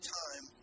time